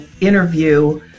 interview